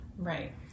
Right